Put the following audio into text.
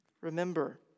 Remember